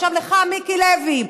עכשיו לך, מיקי לוי.